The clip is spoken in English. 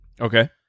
Okay